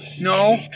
No